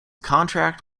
contract